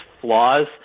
flaws